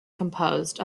composed